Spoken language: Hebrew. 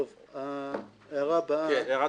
הערה טובה.